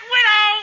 Widow